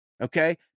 okay